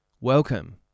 welcome